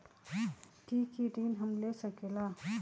की की ऋण हम ले सकेला?